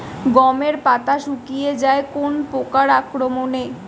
গমের পাতা শুকিয়ে যায় কোন পোকার আক্রমনে?